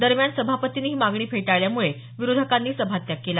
दरम्यान सभापतींनी ही मागणी फेटाळल्यामुळे विरोधकांनी सभात्याग केला